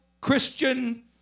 christian